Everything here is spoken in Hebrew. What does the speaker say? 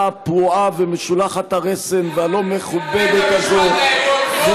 הפרועה ומשולחת הרסן והלא-מכובדת הזאת,